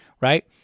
right